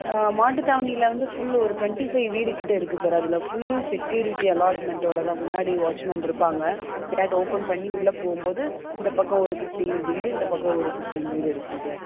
மாட்டு தாவணியில் வந்து ஃபுல்லு ஒரு ட்வெண்ட்டி ஃபைவ் வீடுக்கிட்டே இருக்குது சார் அதில் ஃபுல் செக்யூரிட்டி அலார்ட்மெண்டோடு தான் முன்னாடி வாட்ச்மேன் இருப்பாங்க கேட் ஓப்பன் பண்ணி உள்ளே போகும்போது இந்த பக்கம் ஒரு ஃபிஃப்ட்டீன் வீடு இந்த பக்கம் ஒரு ஃபிஃப்ட்டீன் வீடு இருக்கும் சார்